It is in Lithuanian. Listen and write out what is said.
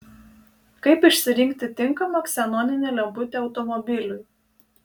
kaip išsirinkti tinkamą ksenoninę lemputę automobiliui